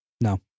No